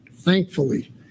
thankfully